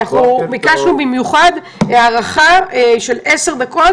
אנחנו ביקשנו במיוחד הארכה של עשר דקות,